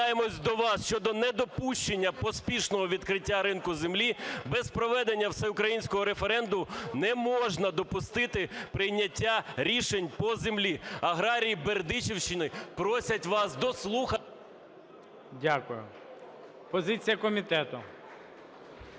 Дякую. Позиція комітету.